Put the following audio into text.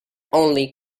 only